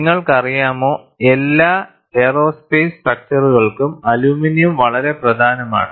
നിങ്ങൾക്കറിയാമോ എല്ലാ എയ്റോസ്പേസ് സ്ട്രക്ച്ചർകൾക്കും അലുമിനിയം വളരെ പ്രധാനമാണ്